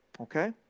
Okay